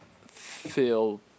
feel